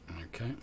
Okay